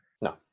No